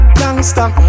gangster